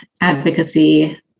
advocacy